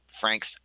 Frank's